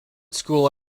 school